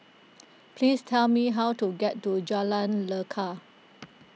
please tell me how to get to Jalan Lekar